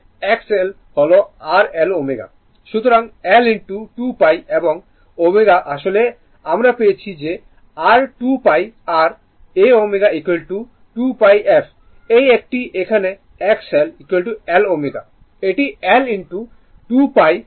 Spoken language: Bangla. সুতরাং L 2 pi এবং ω আসলে আমরা পেয়েছি যে r 2 pi r a ω2 pi f এই একটি এখানে এখানে X L L ω এটি L 2 pi f